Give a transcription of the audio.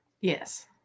yes